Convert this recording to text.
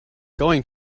going